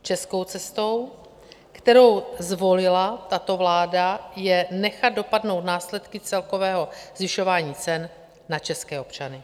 Českou cestou, kterou zvolila tato vláda, je nechat dopadnout následky celkového zvyšování cen na české občany.